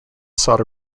sought